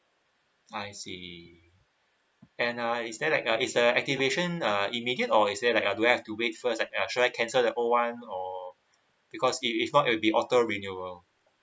I see and uh is there like a is the activation uh immediate or is there like do I have to wait first like should I cancel the old [one] or because if it's not it will be auto renewal